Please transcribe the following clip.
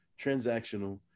transactional